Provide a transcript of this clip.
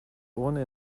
urne